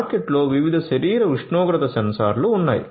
మార్కెట్లో వివిధ శరీర ఉష్ణోగ్రత సెన్సార్లు ఉన్నాయి